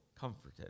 comforted